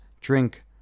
drink